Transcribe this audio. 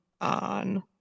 on